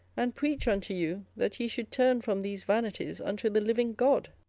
and preach unto you that ye should turn from these vanities unto the living god,